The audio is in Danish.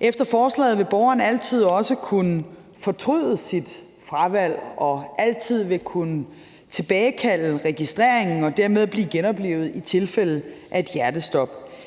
Efter forslaget vil borgeren altid også kunne fortryde sit fravalg og altid kunne tilbagekalde registreringen og dermed blive genoplivet i tilfælde af et hjertestop.